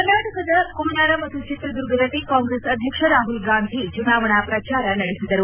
ಕರ್ನಾಟಕದ ಕೋಲಾರ ಮತ್ತು ಚಿತ್ರದುರ್ಗದಲ್ಲಿ ಕಾಂಗ್ರೆಸ್ ಅಧ್ಯಕ್ಷ ರಾಹುಲ್ ಗಾಂಧಿ ಚುನಾವಣಾ ಪ್ರಚಾರ ನಡೆಸಿದರು